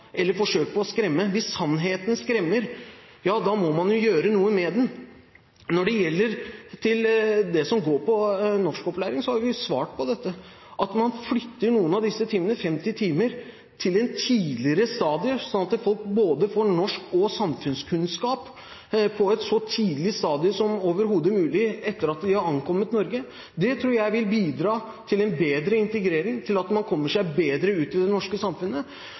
eller forsøk på å skremme. Hvis sannheten skremmer, må man gjøre noe med den. Når det gjelder det som handler om norskopplæring, har vi svart på dette. Man flytter noen av disse timene, 50 timer, til et tidligere stadium slik at folk får opplæring i både norsk og samfunnskunnskap på et så tidlig stadium som overhodet mulig etter at de har ankommet Norge. Det tror jeg vil bidra til en bedre integrering, til at man kommer seg lettere ut i det norske samfunnet.